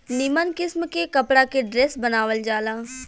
निमन किस्म के कपड़ा के ड्रेस बनावल जाला